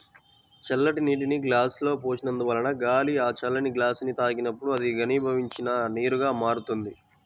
చల్లటి నీటిని గ్లాసులో పోసినందువలన గాలి ఆ చల్లని గ్లాసుని తాకినప్పుడు అది ఘనీభవించిన నీరుగా మారుతుంది